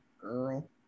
girl